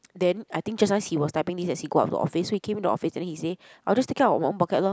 then I think just nice he was typing this as he go up to office so he came into office and then he say I'll just take it out of my own pocket lor